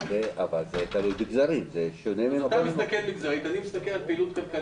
זה שיח אחר של החקירות האפידמיולוגיות.